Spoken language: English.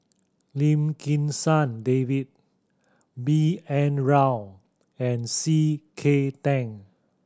Lim Kim San David B N Rao and C K Tan